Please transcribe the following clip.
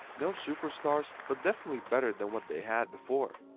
no superstars, but definitely better than what they had before.